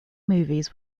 movies